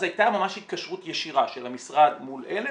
אז הייתה ממש התקשרות ישירה של המשרד מול עלם